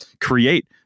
create